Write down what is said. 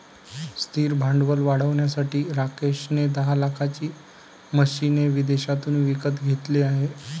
स्थिर भांडवल वाढवण्यासाठी राकेश ने दहा लाखाची मशीने विदेशातून विकत घेतले आहे